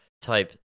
type